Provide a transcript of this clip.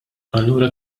allura